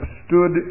stood